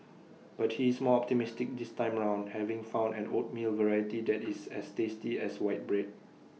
but he is more optimistic this time round having found an oatmeal variety that is as tasty as white bread